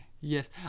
Yes